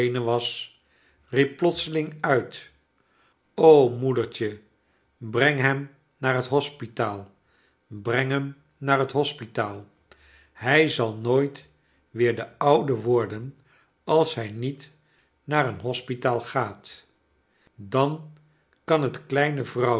riep plotseling uit moedertje breng hem naar net hospitaal breng hem naar het hospitaal hij zal nooit weer de oude worden als hij niet naar een hospitaal gaat dan kan het kleine